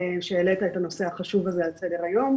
שהעלית את הנושא החשוב הזה על סדר היום,